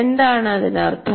എന്താണ് ഇതിനർത്ഥം